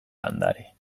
landare